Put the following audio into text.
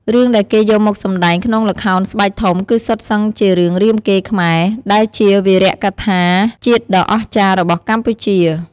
រឿងដែលគេយកមកសម្តែងក្នុងល្ខោនស្បែកធំគឺសុទ្ធសឹងជារឿង រាមកេរ្តិ៍ខ្មែរ ដែលជាវីរកថាជាតិដ៏អស្ចារ្យរបស់កម្ពុជា។